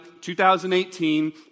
2018